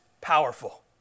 powerful